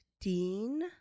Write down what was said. Dean